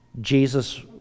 Jesus